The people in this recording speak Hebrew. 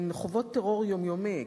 הן חוות טרור יומיומי,